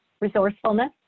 resourcefulness